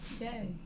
Yay